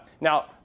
Now